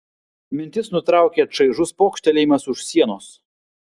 mintis nutraukė čaižus pokštelėjimas už sienos